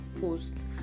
post